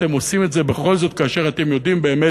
אתם עושים את זה בכל זאת כאשר אתם יודעים באמת